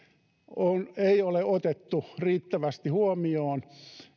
ei ole otettu riittävästi huomioon